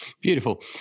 Beautiful